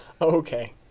Okay